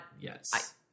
Yes